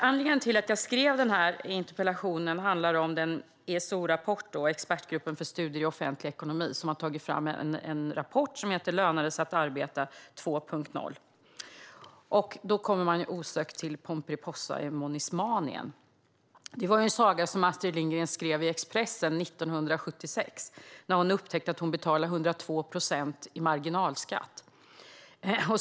Anledningen till att jag skrev denna interpellation var att ESO, Expertgruppen för studier i offentlig ekonomi, har tagit fram en rapport som heter Lönar sig arbete 2.0? Det får en osökt att tänka på Pomperipossa i Monismanien , en saga som Astrid Lindgren skrev och fick publicerad i Expressen 1976 när hon upptäckte att hon betalade 102 procent i marginalskatt.